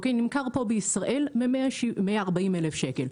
נמכר פה בישראל מ-140,000 שקל.